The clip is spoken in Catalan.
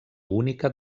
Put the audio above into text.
única